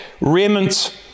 raiment